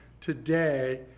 today